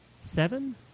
Seven